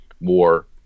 more